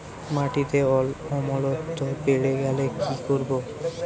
মাটিতে অম্লত্ব বেড়েগেলে কি করব?